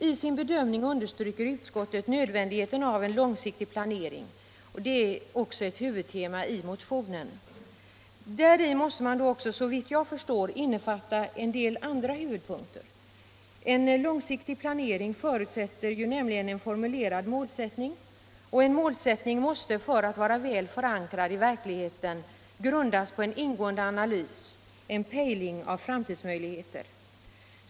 I sin bedömning understryker utskottet nödvändigheten av en långsiktig planering, och det är också ett huvudtema i motionen. Däri måste man, såvitt jag förstår, innefatta en del andra huvudpunkter. En långsiktig planering förutsätter nämligen en formulerad målsättning, och en målsättning måste för att vara väl förankrad i verkligheten grundas på en ingående analys, en pejling av framtidsmöjligheter.